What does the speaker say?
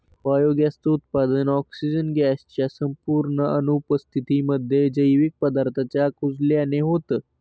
biogas च उत्पादन, oxygen gas च्या संपूर्ण अनुपस्थितीमध्ये, जैविक पदार्थांच्या कुजल्याने होतं